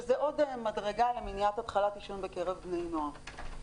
שהיא עוד מדרגה למניעת התחלת עישון בקרב בני נוער.